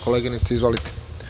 Koleginice, izvolite.